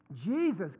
Jesus